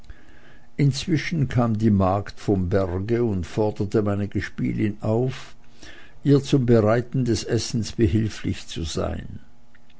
inzwischen kam die magd vom berge und forderte meine gespielin auf ihr zum bereiten des essens behilflich zu sein